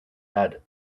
head